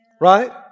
Right